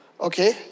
okay